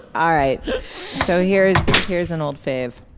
all right so here's here's an old fave